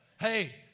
hey